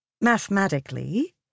Mathematically